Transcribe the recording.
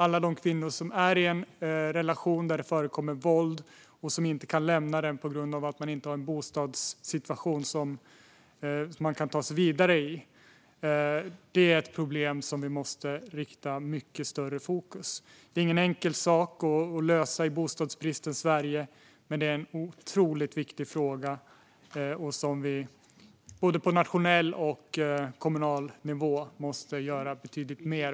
Alla de kvinnor som är i en relation där det förekommer våld, och som inte kan lämna den på grund av att de inte har en sådan bostadssituation att de kan ta sig vidare, är ett problem som vi måste rikta mycket större fokus på. Det är ingen enkel sak att lösa i bostadsbristens Sverige, men det är otroligt viktigt att göra mer på både nationell och kommunal nivå